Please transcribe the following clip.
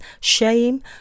shame